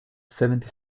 seventy